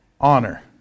honor